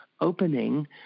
opening